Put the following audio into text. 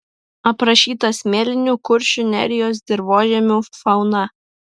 aprašyta smėlinių kuršių nerijos dirvožemių fauna